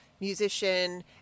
musician